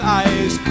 eyes